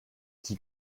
die